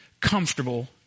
comfortable